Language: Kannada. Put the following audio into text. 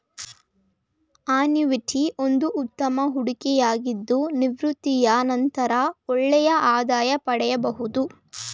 ಅನಿಯುಟಿ ಒಂದು ಉತ್ತಮ ಹೂಡಿಕೆಯಾಗಿದ್ದು ನಿವೃತ್ತಿಯ ನಂತರ ಒಳ್ಳೆಯ ಆದಾಯ ಪಡೆಯಬಹುದು